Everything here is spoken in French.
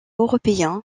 européen